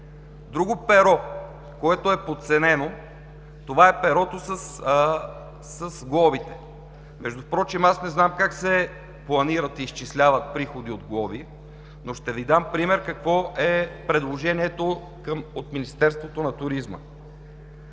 Друго перо, което е подценено, това е перото с глобите. Между другото, аз не знам как се планират и изчисляват приходи от глоби, но ще Ви дам пример, какво е предложението от Министерството на туризма.